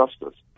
justice